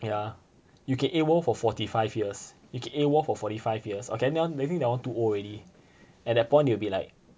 ya you can A_W_O_L for forty five years you can A_W_O_L for forty five years or maybe that one too old already at that point they'll be like